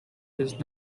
does